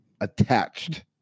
attached